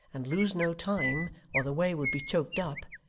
and lose no time, or the way would be choked up,